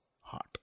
Heart